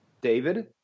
David